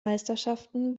meisterschaften